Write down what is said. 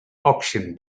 auction